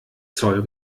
zoll